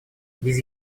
без